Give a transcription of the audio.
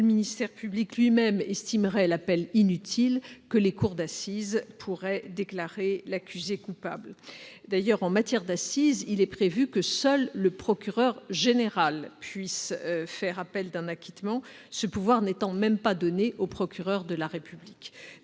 le ministère public lui-même estimerait l'appel inutile, que les cours d'assises pourraient déclarer l'accusé coupable ? D'ailleurs, en matière d'assises, il est prévu que seul le procureur général puisse faire appel d'un acquittement, ce pouvoir n'étant même pas donné au procureur de la République.